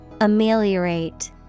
Ameliorate